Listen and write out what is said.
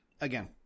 again